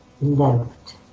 loved